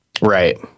right